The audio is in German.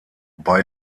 bei